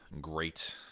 great